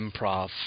improv